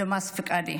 דמאס פיקדה.